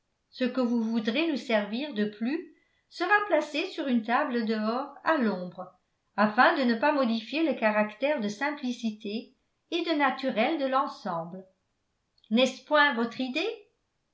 ce que vous voudrez nous servir de plus sera placé sur une table dehors à l'ombre afin de ne pas modifier le caractère de simplicité et de naturel de l'ensemble n'est-ce point votre idée